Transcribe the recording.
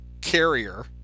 carrier